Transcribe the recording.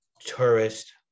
tourist